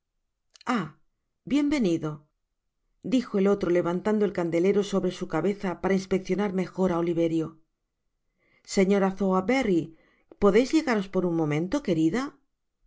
bien venido dijo el otro levantando el candelero sobre su cabeza para inspeccionar mejor á oliverio señora sowerberry podeis llegaros por un momento querida la